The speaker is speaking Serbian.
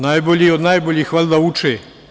Najbolji od najboljih, valjda, uče.